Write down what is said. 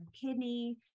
kidney